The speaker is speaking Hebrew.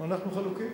אנחנו חלוקים.